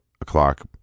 o'clock